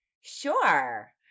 sure